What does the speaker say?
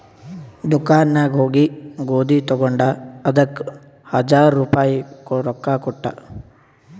ದುಕಾನ್ ನಾಗ್ ಹೋಗಿ ಗೋದಿ ತಗೊಂಡ ಅದಕ್ ಹಜಾರ್ ರುಪಾಯಿ ರೊಕ್ಕಾ ಕೊಟ್ಟ